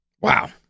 Wow